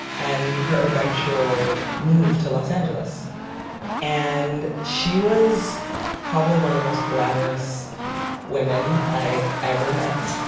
and her eventual move to los angeles and she was probably one of the most glamorous women i ever met.